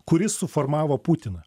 kuris suformavo putiną